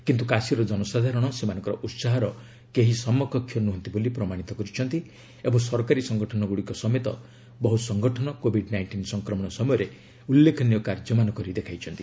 କିନ୍ତୁ କାଶୀ ର ଜନସାଧାରଣ ସେମାନଙ୍କର ଉତ୍କାହର କେହି ସମକକ୍ଷ ନ୍ଦୁହନ୍ତି ବୋଲି ପ୍ରମାଣିତ କରିଛନ୍ତି ଓ ସରକାରୀ ସଙ୍ଗଠନ ସମେତ ବହୃ ସଙ୍ଗଠନ କୋଭିଡ୍ ନାଇଣ୍ଟିନ୍ ସଂକ୍ରମଣ ସମୟରେ ଉଲ୍ଲେଖନୀୟ କାର୍ଯ୍ୟ କରି ଦେଖାଇଛନ୍ତି